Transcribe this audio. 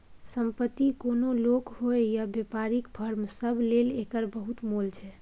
संपत्ति कोनो लोक होइ या बेपारीक फर्म सब लेल एकर बहुत मोल छै